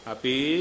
Api